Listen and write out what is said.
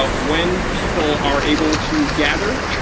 but when people are able to gather,